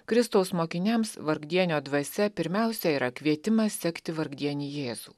kristaus mokiniams vargdienio dvasia pirmiausia yra kvietimas sekti vargdienį jėzų